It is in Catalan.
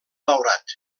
daurat